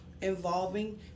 involving